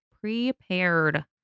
Prepared